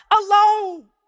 alone